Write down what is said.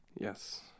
Yes